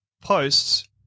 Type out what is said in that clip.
posts